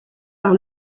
par